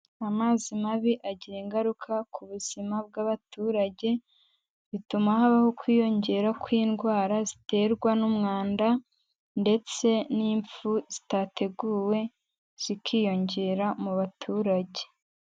Amazi mabi agira ingaruka ku buzima bw'abaturage, bituma habaho kwiyongera kw'indwara ziterwa n'umwanda, ndetse n'impfu zitateguwe zikiyongera mu baturage.